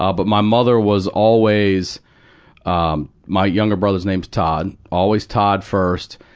ah but my mother was always um, my younger brother's name's todd, always todd first,